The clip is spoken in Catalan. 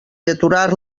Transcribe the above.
deturar